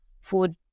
food